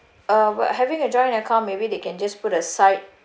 uh but having a joint account maybe they can just put aside